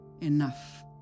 Enough